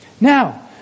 Now